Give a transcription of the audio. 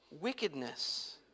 wickedness